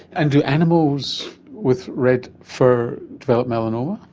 and do animals with red fur develop melanoma?